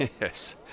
Yes